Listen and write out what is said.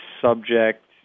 subject